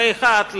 פה אחד,